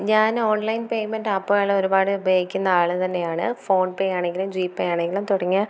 ഞാൻ online payment ആപ്പുകൾ ഒരുപാട് ഉപയോഗിക്കുന്ന ആൾ തന്നെയാണ് ഫോൺപേയാണെങ്കിലും ജീപേയാണെങ്കിലും തുടങ്ങിയ